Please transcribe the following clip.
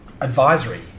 advisory